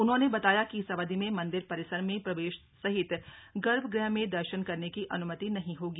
उन्होंने बताया कि इस अवधि में मंदिर परिसर में प्रवेश सहित गर्भ गृह में दर्शन करने की अन्मति नहीं होगी